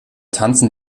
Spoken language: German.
tanzen